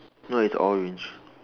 no it's orange